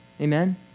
Amen